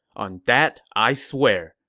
on that i swear.